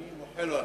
אני מוחל לו הפעם.